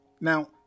Now